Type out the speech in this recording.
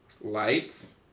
Lights